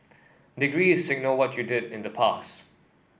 degrees signal what you did in the past